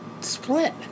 split